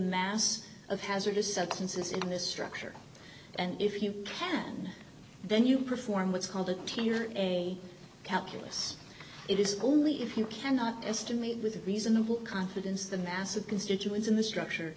mass of hazardous substances in this structure and if you can then you perform what's called a tier a calculus it is only if you cannot estimate with reasonable confidence the mass of constituents in the structure